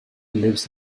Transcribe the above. lives